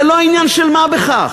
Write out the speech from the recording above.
זה לא עניין של מה בכך.